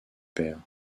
paires